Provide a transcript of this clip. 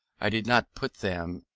i did not put them,